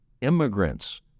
immigrants